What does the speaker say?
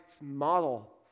model